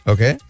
Okay